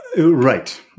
Right